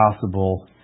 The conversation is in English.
possible